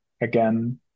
again